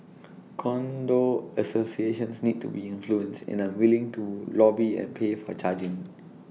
condo associations need to be influenced and I'm willing to lobby and pay for charging